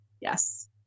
yes